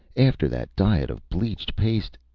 after that diet of bleached paste.